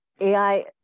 AI